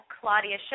Claudia